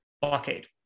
blockade